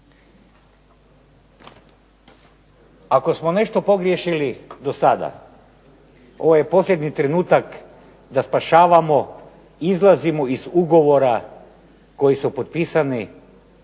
Ako smo nešto pogriješili do sada, ovo je posljednji trenutak da spašavamo, izlazimo iz ugovora koji su potpisani